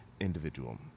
individual